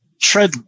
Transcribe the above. tread